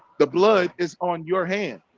the blood is on your hand.